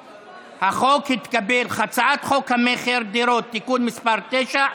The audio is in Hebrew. חוק המכר (דירות) (תיקון מס' 9)